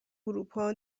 اروپا